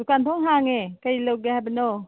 ꯗꯨꯀꯥꯟ ꯊꯣꯡ ꯍꯥꯡꯉꯦ ꯀꯔꯤ ꯂꯧꯒꯦ ꯍꯥꯏꯕꯅꯣ